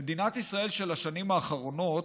במדינת ישראל של השנים האחרונות,